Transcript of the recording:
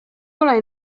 ole